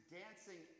dancing